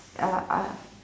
ah ah